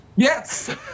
Yes